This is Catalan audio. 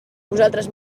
vosaltres